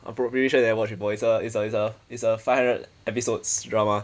on probation then I watch with it's a it's a five hundred episodes drama